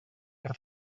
que